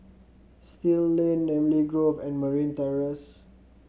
Still Lane Namly Grove and Marine Terrace